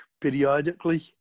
periodically